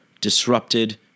disrupted